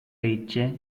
legge